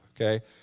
okay